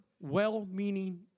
well-meaning